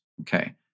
Okay